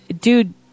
dude